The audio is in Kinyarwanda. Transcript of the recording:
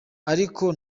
ariko